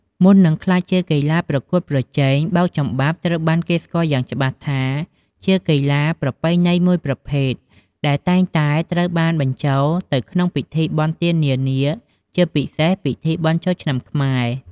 មុននឹងក្លាយជាកីឡាប្រកួតប្រជែង បោកចំបាប់ត្រូវបានគេស្គាល់យ៉ាងច្បាស់ថាជាកីឡាប្រពៃណីមួយប្រភេទ ដែលតែងតែត្រូវបានបញ្ចូលទៅក្នុងពិធីបុណ្យទាននានា ជាពិសេស ពិធីបុណ្យចូលឆ្នាំខ្មែរ។